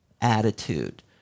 attitude